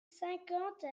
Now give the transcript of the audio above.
cinquante